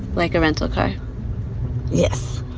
like a rental car, yes